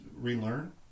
relearn